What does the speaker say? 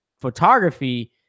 photography